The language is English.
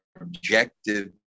objective